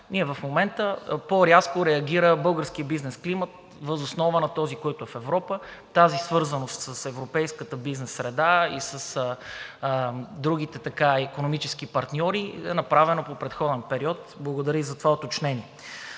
в момента по-рязко реагира българският бизнес климат въз основа на този, който е в Европа. Тази свързаност с европейската бизнес среда и с другите икономически партньори е направена по предходен период. Благодаря и за това уточнение.